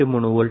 93 volt